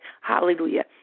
Hallelujah